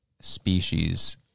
species